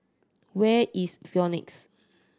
where is Phoenix